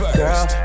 girl